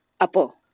Apo